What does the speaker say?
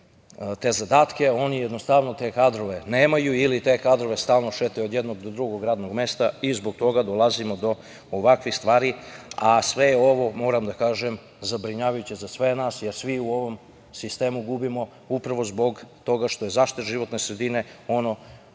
te zadatke, oni jednostavno te kadrove nemaju ili te kadrove stalno šetaju od jednog do drugog radnog mesta i zbog toga dolazimo do ovakvih stvari, a sve je ovo, moram da kažem, zabrinjavajuće za sve nas, jer svi u ovom sistemu gubimo upravo zbog toga što je zaštita životne sredine ono